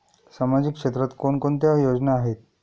सामाजिक क्षेत्रात कोणकोणत्या योजना आहेत?